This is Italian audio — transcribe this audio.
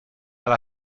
alla